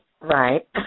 right